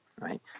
right